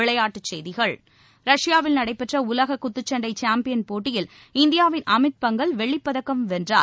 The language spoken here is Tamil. விளையாட்டுச்செய்திகள் ரஷ்பாவில் நடைபெற்ற உலக குத்துச்சண்டை சாம்பியன் போட்டியில் இந்தியாவின் அமித் பங்கல் வெள்ளிப்பதக்கம் வென்றார்